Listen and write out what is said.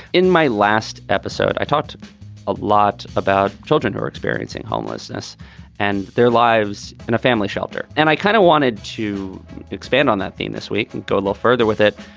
in my last episode, i talked a lot about children who are experiencing homelessness and their lives in a family shelter. and i kind of wanted to expand on that theme this week and go a little further with it.